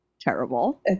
terrible